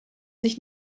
sich